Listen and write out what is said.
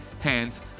hands